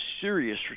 serious